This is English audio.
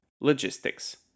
logistics